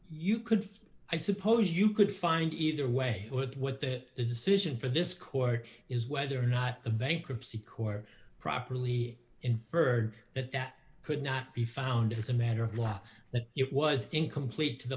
you could i suppose you could find either way with what the decision for this court is whether or not the bankruptcy court properly inferred that that could not be found it's a matter of law that it was incomplete to the